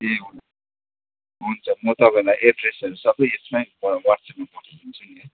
ए हुन् हुन्छ म तपाईँलाई एड्रेसहरू सबै यसमै वा ह्वाट्स्यापमै पठाइदिन्छु नि है